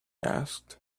asked